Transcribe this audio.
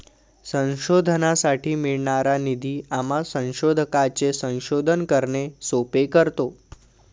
संशोधनासाठी मिळणारा निधी आम्हा संशोधकांचे संशोधन करणे सोपे करतो